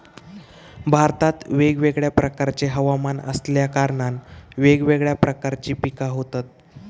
भारतात वेगवेगळ्या प्रकारचे हवमान असल्या कारणान वेगवेगळ्या प्रकारची पिका होतत